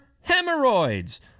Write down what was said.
hemorrhoids